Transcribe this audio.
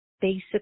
Basic